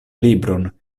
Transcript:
libron